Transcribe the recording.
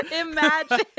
Imagine